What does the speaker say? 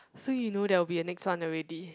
so you know there will be a next one already